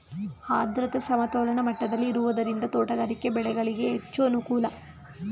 ಆದ್ರತೆ ಸಮತೋಲನ ಮಟ್ಟದಲ್ಲಿ ಇರುವುದರಿಂದ ತೋಟಗಾರಿಕೆ ಬೆಳೆಗಳಿಗೆ ಹೆಚ್ಚು ಅನುಕೂಲ